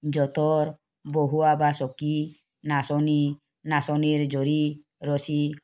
যঁতৰ বহুৱা বা চকী নাচনী নাচনীৰ জৰী ৰছী